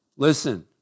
Listen